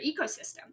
ecosystem